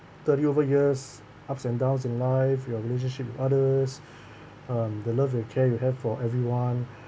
thirty over years ups and downs in live your relationship with others um the love and care you have for everyone